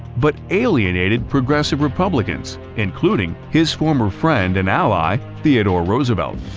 but alienated progressive republicans including his former friend and ally theodore roosevelt,